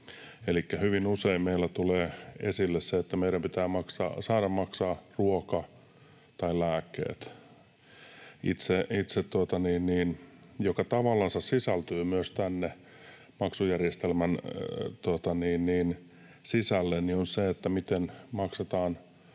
Elikkä hyvin usein meillä tulee esille se, että meidän pitää saada maksaa ruoka tai lääkkeet. Se, mikä tavallansa myös sisältyy maksujärjestelmän sisälle, on se, miten maksetaan